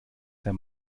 der